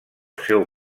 seu